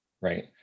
right